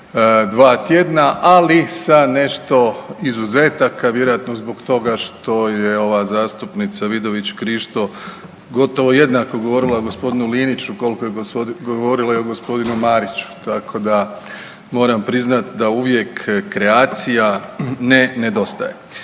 dva tjedna, ali sa nešto izuzetaka vjerojatno zbog toga što je ova zastupnica Vidović Krišto gotovo jednako govorila o gospodinu Liniću koliko je govorila i o gospodinu Meriću. Tako da moram priznati da uvijek kreacija ne nedostaje.